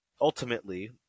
ultimately